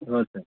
okay